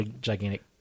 gigantic